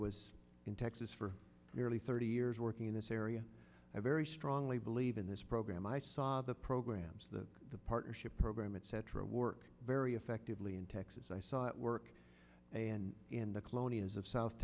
was in texas for nearly thirty years working in this area i very strongly believe in this program i saw the programs the partnership program etc work very effectively in texas i saw it work and in the colonias of south